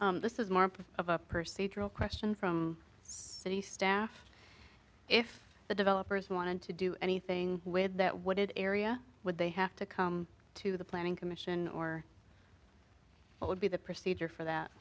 you this is more of a per se drill question from the staff if the developers wanted to do anything with that what did area would they have to come to the planning commission or what would be the procedure for that